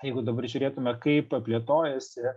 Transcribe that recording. jeigu dabar žiūrėtume kaip plėtojasi